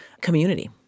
community